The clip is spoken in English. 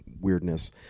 weirdness